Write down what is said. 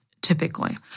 typically